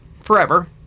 forever